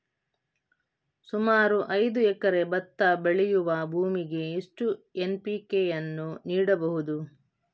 ಸುಮಾರು ಐದು ಎಕರೆ ಭತ್ತ ಬೆಳೆಯುವ ಭೂಮಿಗೆ ಎಷ್ಟು ಎನ್.ಪಿ.ಕೆ ಯನ್ನು ನೀಡಬಹುದು?